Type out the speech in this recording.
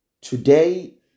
today